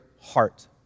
heart